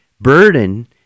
burden